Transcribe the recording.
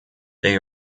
they